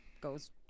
goes